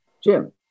Jim